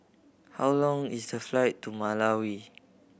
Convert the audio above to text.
how long is the flight to Malawi